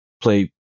play